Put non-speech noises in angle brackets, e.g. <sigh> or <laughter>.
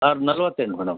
<unintelligible> ನಲ್ವತ್ತೆಂಟು ಮೇಡಮ್